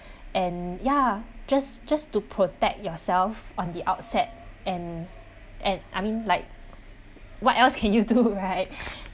and ya just just to protect yourself on the outset and and I mean like what else can you do right